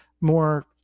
more